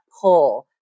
pull